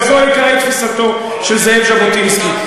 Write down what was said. אבל זה מעיקרי תפיסתו של זאב ז'בוטינסקי.